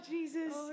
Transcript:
Jesus